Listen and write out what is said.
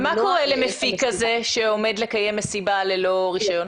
מה קורה למפיק כזה שעומד לקיים מסיבה ללא רישיון?